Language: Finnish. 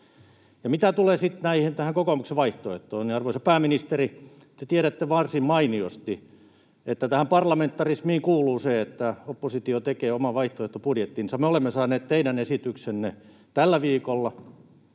sitten tähän kokoomuksen vaihtoehtoon, niin, arvoisa pääministeri, te tiedätte varsin mainiosti, että parlamentarismiin kuuluu se, että oppositio tekee oman vaihtoehtobudjettinsa. Me olemme saaneet teidän esityksenne tällä viikolla